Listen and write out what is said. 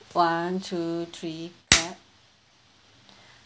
one two three clap